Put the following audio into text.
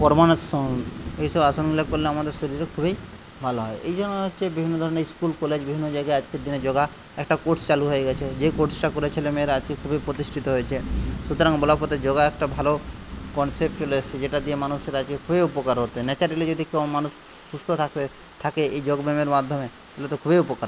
এই সব আসনগুলা করলে আমাদের শরীর খুবই ভালো হয় এই জন্য হচ্ছে বিভিন্ন ধরণের স্কুল কলেজ বিভিন্ন জায়গায় আজকের দিনে যোগা একটা কোর্স চালু হয়ে গেছে যে কোর্সটা করে ছেলে মেয়েরা আজ হয়ে প্রতিষ্ঠিত হয়েছে সুতরাং যোগা একটা ভালো কনসেপ্ট চলে এসছে যেটা দিয়ে মানুষের আজকে খুবই উপকার হতেন যদি মানুষ সুস্থ থাকে থাকে এই যোগব্যামের মাধ্যমে তাহলে তো খুবই উপকার